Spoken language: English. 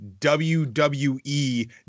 WWE